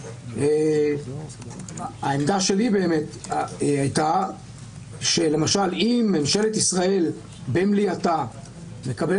העמדה שלי הייתה שלמשל אם ממשלת ישראל במליאתה תקבל